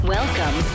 Welcome